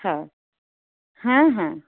ହଉ ହଁ ହଁ